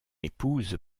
épouse